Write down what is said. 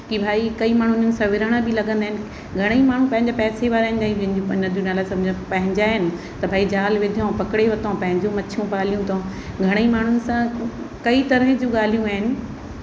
की भई कई माण्हू हिननि सां विणण बि लॻंदा आहिनि घणेईं माण्हू पैंजा पैसे वारा आहिनि पंहिंजा नदियूं नाला सम्झ पंहिंजा आहिनि त भई जाल विधूं पकिड़े वरितऊं पंहिंजो मछियूं पालियूं अथऊं घणेईं माण्हुनि सां कई तरह जूं ॻाल्हियूं आहिनि